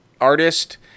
artist